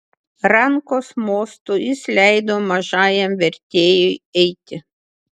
rankos mostu jis leido mažajam vertėjui eiti